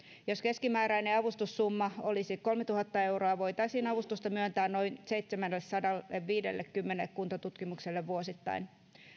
jos keskimääräinen avustussumma olisi kolmetuhatta euroa voitaisiin avustusta myöntää noin seitsemällesadalleviidellekymmenelle kuntotutkimukselle vuosittain